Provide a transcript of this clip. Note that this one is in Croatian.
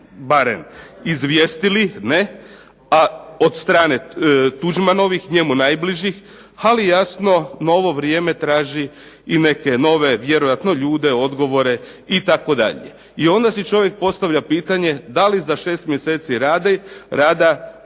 barem izvijestili, ne, a od strane Tuđmanovih, njemu najbližih, ali jasno novo vrijeme traži i neke nove vjerojatno ljude, odgovore itd. I onda si čovjek postavlja pitanje da li za 6 mjeseci rada se